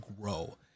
grow